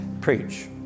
preach